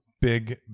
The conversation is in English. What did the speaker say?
big